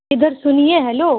ادھر سنئیے ہیلو